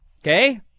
Okay